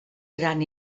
gran